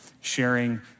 sharing